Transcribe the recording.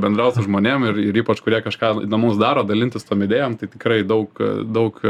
bendraut su žmonėm ir ir ypač kurie kažką įdomaus daro dalintis tom idėjom tai tikrai daug daug